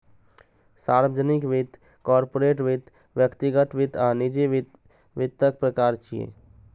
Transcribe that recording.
सार्वजनिक वित्त, कॉरपोरेट वित्त, व्यक्तिगत वित्त आ निजी वित्त वित्तक प्रकार छियै